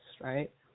right